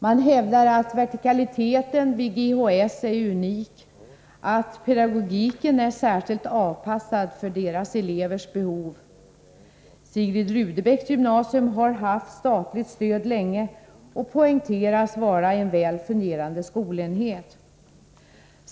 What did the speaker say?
Man hävdar att vertikaliteten vid GHS är unik, att pedagogiken är särskilt avpassad för dess elevers behov. Sigrid Rudebecks gymnasium har haft statligt stöd länge och poängteras vara en väl fungerande skolenhet.